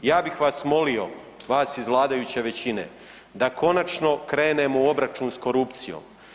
Ja bih vas molio, vas iz vladajuće većine da konačno krenemo u obračun s korupcijom.